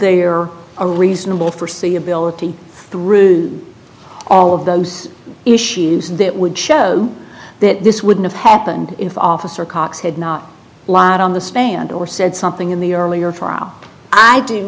there a reasonable forsee ability through all of those issues that would show this wouldn't have happened if officer cox had not lot on the stand or said something in the earlier trial i do